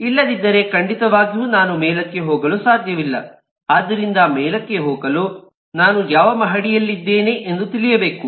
ಇಲ್ಲದಿದ್ದರೆ ಖಂಡಿತವಾಗಿಯೂ ನಾನು ಮೇಲಕ್ಕೆ ಹೋಗಲು ಸಾಧ್ಯವಿಲ್ಲ ಆದ್ದರಿಂದ ಮೇಲಕ್ಕೆ ಹೋಗಲು ನಾನು ಯಾವ ಮಹಡಿಯಲ್ಲಿದ್ದೇನೆ ಎಂದು ತಿಳಿಯಬೇಕು